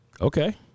Okay